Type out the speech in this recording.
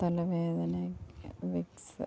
തലവേദനക്ക് Vicks